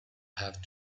have